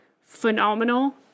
phenomenal